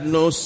no